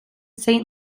saint